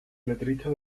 letrista